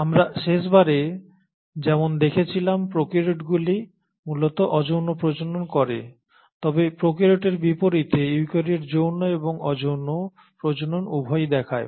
আমরা শেষবারে যেমন দেখেছিলাম প্রোক্যারিওটগুলি মূলত অযৌন প্রজনন করে তবে প্রোক্যারিওটের বিপরীতে ইউক্যারিওট যৌন এবং অযৌন প্রজনন উভয় দেখায়